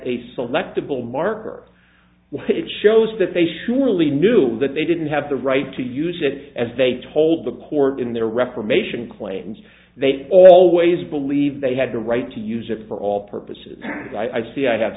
a selectable marker it shows that they surely knew that they didn't have the right to use it as they told the court in their reformation claims they always believed they had the right to use it for all purposes see i have